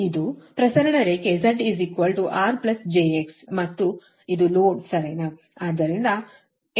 ಇದು ಪ್ರಸರಣ ರೇಖೆ Z R j X ಮತ್ತು ಇದು ಲೋಡ್ ಸರಿನಾ